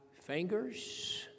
fingers